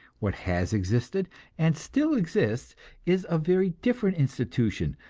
what has existed and still exists is a very different institution,